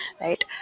right